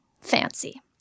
Fancy